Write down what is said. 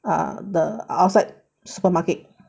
err the outside supermarket